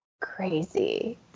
crazy